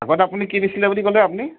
আগত আপুনি কি নিছিলে বুলি ক'লে আপুনি